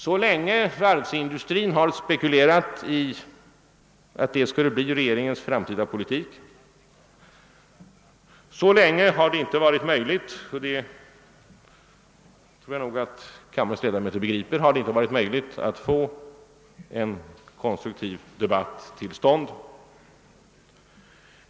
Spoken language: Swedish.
Så länge varvsindustrin har spekulerat i att det skulle bli regeringens framtida politik, har det inte varit möjligt — det tror jag nog att kammarens ledamöter begriper — att få till stånd en konstruktiv debatt.